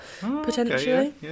potentially